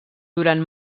durant